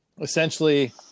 essentially